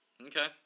Okay